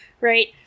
Right